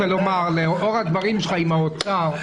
לאור הדברים שלך לגבי האוצר,